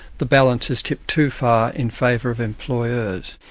the balance is tipped too far in favour of employers.